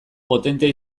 potentea